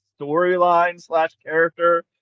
storyline-slash-character